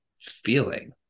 feeling